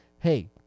Hey